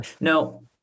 No